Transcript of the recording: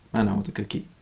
i now want a cookie.